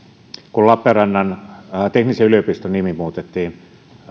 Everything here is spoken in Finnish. kun lappeenrannan teknisen yliopiston nimi muutettiin